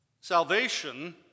Salvation